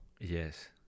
Yes